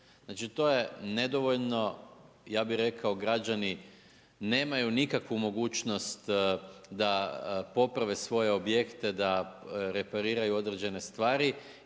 Znači to je nedovoljno, ja bi rekao, građani, nemaju nikakvu mogućnost da poprave svoje objekte, da referiraju određene stvari